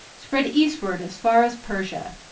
spread eastward as far as persia.